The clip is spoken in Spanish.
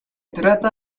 trata